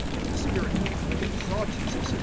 and the spirit, when he saw jesus,